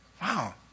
Wow